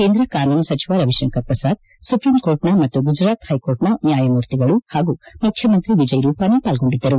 ಕೇಂದ್ರ ಕಾನೂನು ಸಚಿವ ರವಿಶಂಕರ್ ಪ್ರಸಾದ್ ಸುಪ್ರೀಂಕೋರ್ಟ್ನ ಮತ್ತು ಗುಜರಾತ್ ಪೈಕೋರ್ಟ್ನ ನ್ಯಾಯಮೂರ್ತಿಗಳು ಪಾಗೂ ಮುಖ್ಯಮಂತ್ರಿ ವಿಜಯ್ ರೂಪಾನಿ ಪಾಲ್ಗೊಂಡಿದ್ದರು